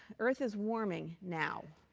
earth is warming now.